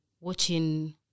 watching